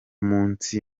munsi